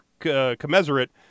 Commensurate